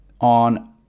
on